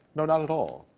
not at all.